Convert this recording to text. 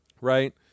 right